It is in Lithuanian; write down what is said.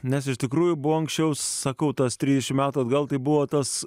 nes iš tikrųjų buvo anksčiau sakau tas trisdešimt metų atgal tai buvo tas